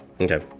okay